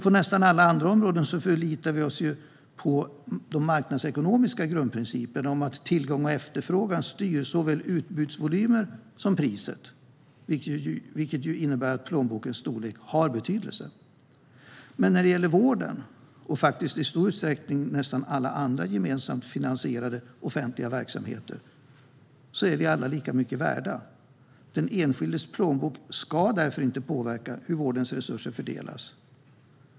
På nästan alla andra områden förlitar vi oss nämligen på den marknadsekonomiska grundprincipen om att tillgång och efterfrågan styr såväl utbudsvolymen som priset, vilket innebär att plånbokens storlek har betydelse. Men när det gäller vården, och faktiskt nästan alla andra gemensamt finansierade offentliga verksamheter, är vi alla lika mycket värda. Den enskildes plånbok ska därför inte påverka hur vårdens resurser fördelas.